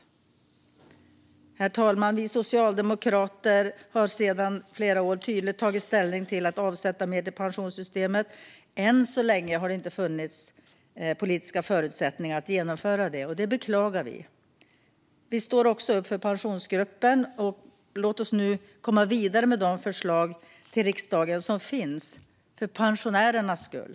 Herr talman! Vi socialdemokrater har sedan flera år tydligt tagit ställning för att avsätta mer till pensionssystemet. Än så länge har det inte funnits politiska förutsättningar att genomföra det, och det beklagar vi. Vi står också upp för Pensionsgruppen. Låt oss nu komma vidare med de förslag till riksdagen som finns - för pensionärernas skull!